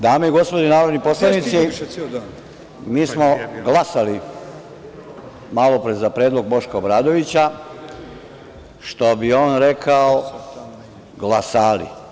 Dame i gospodo narodni poslanici, mi smo glasali malopre za predlog Boška Obradovića, što bi on rekao glasamo.